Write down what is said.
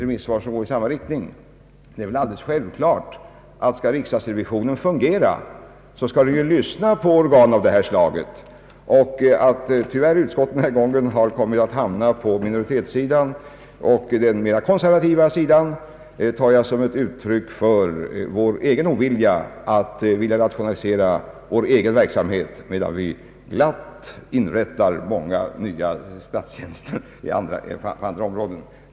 Det är väl alldeles självklart att om riksdagsrevisionen skall fungera, måste vi lyssna på organ av det slag som jag här citerat. Att utskottet denna gång tyvärr kommit att hamna på minoritetssidan — och den mera konservativa sidan — tar jag som ett uttryck för vår egen ovilja att rationalisera vår egen verksamhet, medan vi glatt och oförfärat går till aktion på många andra områden.